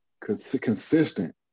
consistent